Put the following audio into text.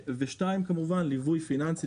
ודבר שני, ליווי פיננסי.